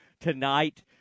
tonight